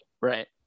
right